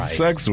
sex